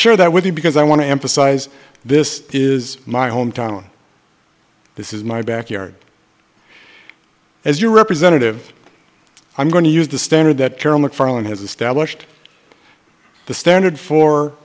share that with you because i want to emphasize this is my hometown this is my backyard as your representative i'm going to use the standard that carol macfarlane has established the standard for